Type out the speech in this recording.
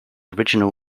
original